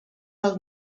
del